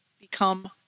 become